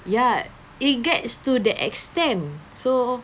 ya it gets to that extent so